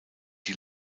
die